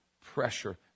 pressure